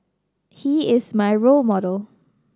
he is my role model